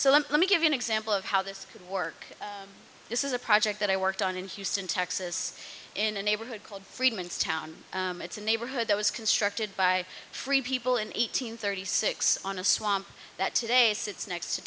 so let me give you an example of how this could work this is a project that i worked on in houston texas in a neighborhood called friedman's town it's a neighborhood that was constructed by free people in eight hundred thirty six on a swamp that today sits next to